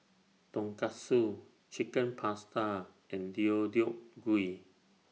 Tonkatsu Chicken Pasta and Deodeok Gui